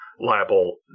liable